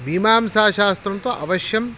मीमांसाशास्त्रं तु अवश्यं